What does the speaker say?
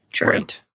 Right